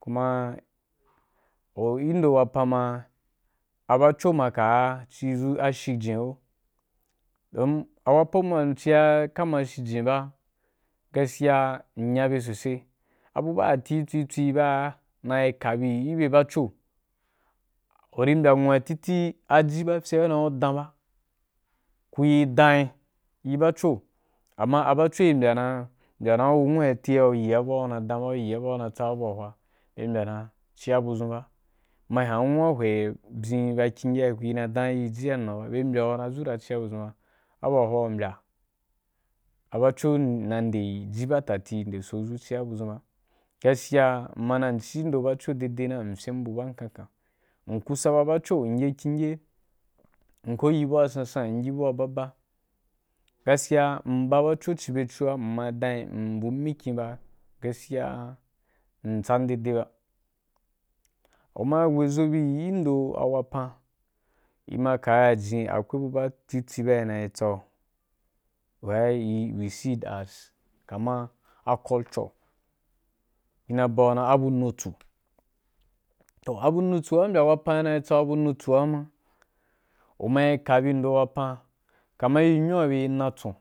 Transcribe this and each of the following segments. Kuma o indo wapan ma, a bacho maka’a ci zu a shi jen hodo a wapan man ci ya kaman shi ba, ga skiya in nya be so sai. Abu ba tati ititswi ba na yi kabi gi bye bachia uri mbya a nwu wa titi a ji ba fye dan ku dan ba ku yi dan yi bacho, amma a bachoo ri mbya na ku nwu be tiya ku yi a bua kuna dan ba, ku yi a bua kuna tsaba’u ba, be mbya dan cin buʒun ba, ma hyan nwu’a hwe byin ba kingye a kun na dan jiya na ba bye mbya nacira cia buʒun ba, abua hwa’u mbya a bacha nai nde ji batati nde so zu ci’a buʒun ba, gaskiya mma dan in ci ado bacho dadenfyin buzun ba n kankan, in kusaba bacho ‘n ye kingye, in ko yi bu wa san san, inyi bu wa baba. Gaskiya mba bacho ci bye cua mma danyi mbum mikin ba, gaskiya mtsan dai dai ba, uma weizo bi yi ndo a wapan ima kaya jin akwai buba cici ba ina yi tsau wa i we see itas” kamman a culture, i na ba wu ra a bun nutsu tohabun nutsu a mbya a wapan na yi tsa bu nutsu ma, u ma yi kabi ndo wapan kaman nyun’a bye ri natsu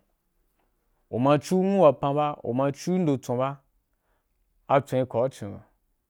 ma ci’u nwu wapan ba uma ci’u ndo tsun ba a tsun ri kau cinu ba.